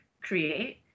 create